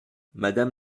madame